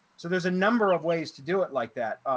so there's a number of ways to do it like that.